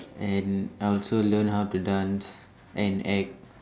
and I also learn how to dance and act